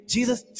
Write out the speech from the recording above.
Jesus